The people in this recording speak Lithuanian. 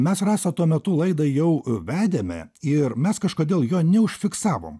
mes rasa tuo metu laidą jau vedėme ir mes kažkodėl jo neužfiksavom